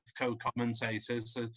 co-commentators